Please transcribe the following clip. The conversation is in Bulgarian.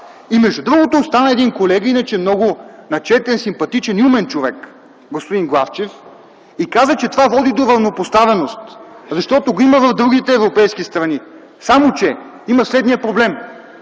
И, между другото, стана един колега, иначе много начетен, симпатичен и умен човек – господин Главчев, и каза, че това води до равнопоставеност, защото го има в другите европейски страни, само че има следният проблем